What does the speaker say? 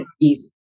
easy